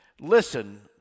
listen